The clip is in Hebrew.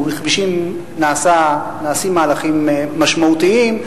בכבישים נעשים מהלכים משמעותיים,